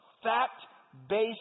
Fact-based